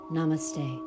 Namaste